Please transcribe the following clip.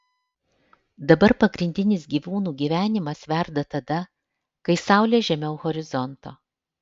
dabar pagrindinis gyvūnų gyvenimas verda tada kai saulė žemiau horizonto